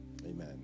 Amen